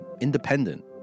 independent